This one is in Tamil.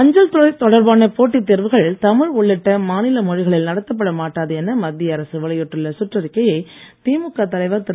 அஞ்சல் துறை தொடர்பான போட்டித்தேர்வுகள் தமிழ் உள்ளிட்ட மாநில மொழிகளில் நடத்தப்பட மாட்டாது என மத்திய அரசு வெளியிட்டுள்ள சுற்றறிக்கையை திமுக தலைவர் திரு